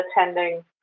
attending